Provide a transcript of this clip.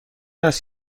است